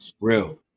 Real